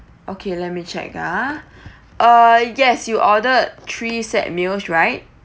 okay let me check ah uh yes you ordered three set meals right